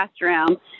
classroom